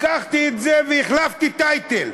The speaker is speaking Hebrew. לקחתי את זה והחלפתי טייטל.